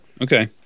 Okay